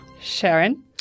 Sharon